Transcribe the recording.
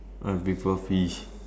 I prefer fish